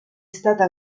stata